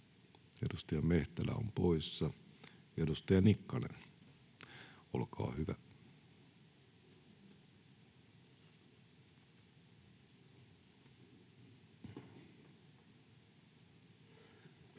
edustaja Mehtälä on poissa. — Edustaja Nikkanen, olkaa hyvä. [Speech